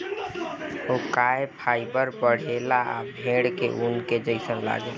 हुआकाया फाइबर बढ़ेला आ भेड़ के ऊन के जइसन लागेला